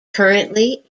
currently